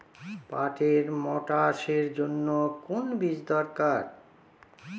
পাটের মোটা আঁশের জন্য কোন বীজ দরকার?